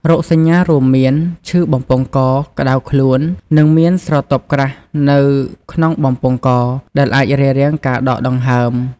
រោគសញ្ញារួមមាន ឈឺបំពង់ក ក្តៅខ្លួន និងមានស្រទាប់ក្រាស់នៅក្នុងបំពង់ក ដែលអាចរារាំងការដកដង្ហើម។